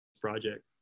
project